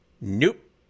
Nope